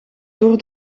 door